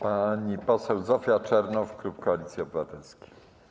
Pani poseł Zofia Czernow, klub Koalicji Obywatelskiej.